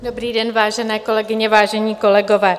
Dobrý den, vážené kolegyně, vážení kolegové.